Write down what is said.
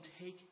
take